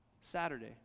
Saturday